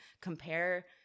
compare